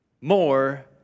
more